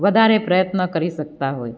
વધારે પ્રયત્ન કરી શકતા હોય